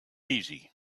easy